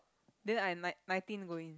then I nine nineteen going